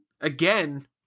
again